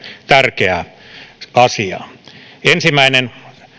tärkeää asiaa ensimmäinen